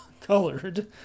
colored